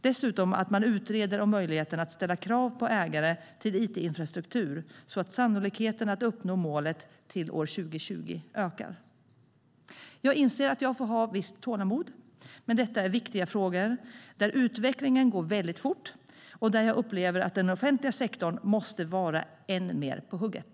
Dessutom föreslår vi att man utreder möjligheten att ställa krav på ägare till it-infrastruktur så att sannolikheten att uppnå målet till år 2020 ökar. Jag inser att jag får ha visst tålamod. Men detta är viktiga frågor där utvecklingen går väldigt fort och där jag upplever att den offentliga sektorn måste vara än mer på hugget.